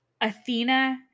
Athena